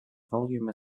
volume